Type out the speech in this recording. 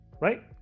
Right